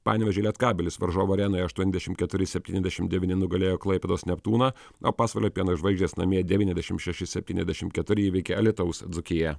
panevėžio lietkabelis varžovų arenoje aštuoniasdešimt keturi septyniasdešim devyni nugalėjo klaipėdos neptūną o pasvalio pieno žvaigždės namie devyniasdešim šeši septyniasdešimt keturi įveikė alytaus dzūkija